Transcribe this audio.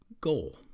goal